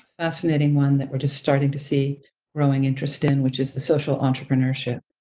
fascinating one that we're just starting to see growing interest in which is the social entrepreneurship.